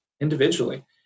individually